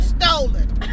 stolen